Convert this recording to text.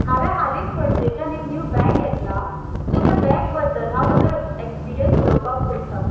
हांवें हालींच पणजेच्यान एक न्यू बॅग घेतलां बॅग बद्द हांव म्हजो एक्सपिरियन्स उलोवपाक सोदतां